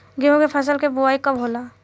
गेहूं के फसल के बोआई कब होला?